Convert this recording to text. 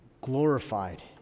glorified